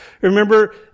Remember